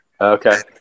Okay